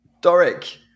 Doric